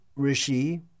Rishi